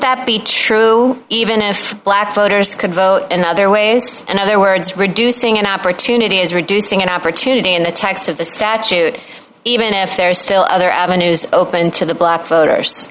that be true even if black voters could vote in other ways and other words reducing an opportunity is reducing an opportunity in the text of the statute even if there are still other avenues open to the black voters